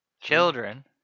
children